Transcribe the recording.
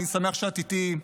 אני שמח שאת איתי.